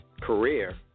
career